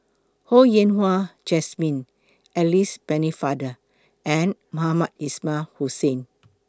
Ho Yen Wah Jesmine Alice Pennefather and Mohamed Ismail Hussain